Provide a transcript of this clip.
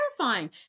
terrifying